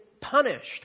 punished